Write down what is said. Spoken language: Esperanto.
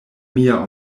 mia